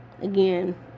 again